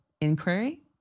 inquiry